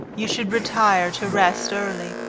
you should retire to rest early.